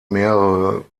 mehrere